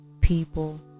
people